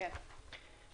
הצבעה אושרה.